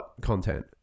content